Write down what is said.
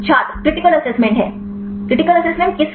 छात्र critical assessment हैं critical assessment किसका